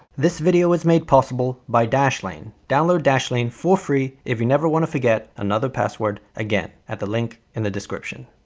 this video is made possible by dashlane. download dashlane for free if you never want to forget another password again at the link in the description.